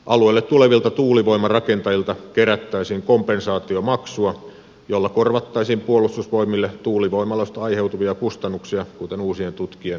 alueelle tulevilta tuulivoimarakentajilta kerättäisiin kompensaatiomaksua jolla korvattaisiin puolustusvoimille tuulivoimaloista aiheutuvia kustannuksia kuten uusien tutkien hankkimista